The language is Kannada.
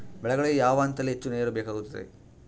ಬೆಳೆಗಳಿಗೆ ಯಾವ ಹಂತದಲ್ಲಿ ಹೆಚ್ಚು ನೇರು ಬೇಕಾಗುತ್ತದೆ?